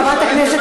וחברת הכנסת